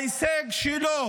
ההישג שלו,